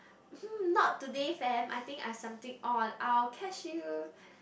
mm not today fam I think I've something on I will catch you